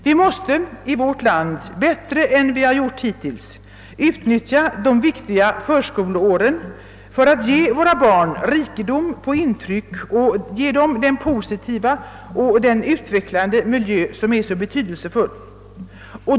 Vi måste i vårt land bättre än vi gjort hittills utnyttja de viktiga förskoleåren för att ge våra barn en rikedom på intryck och ge dem den positiva och utvecklande miljö som är så betydelse full.